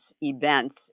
events